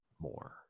more